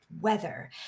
weather